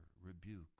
rebuke